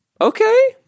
Okay